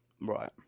Right